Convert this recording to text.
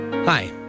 Hi